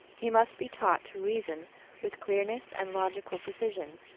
he must be taught to reason with clearness and logical precision,